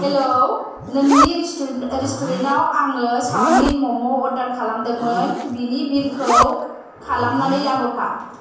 hello नोंनि restaurant आव आङो सावमिन म'म' अरदार खालामदोंमोन बेनि बिल खौ खालामनानै लाबोफा